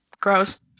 gross